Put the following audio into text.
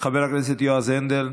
חבר הכנסת יועז הנדל,